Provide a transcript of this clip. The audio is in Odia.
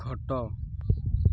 ଖଟ